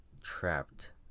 trapped